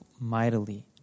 mightily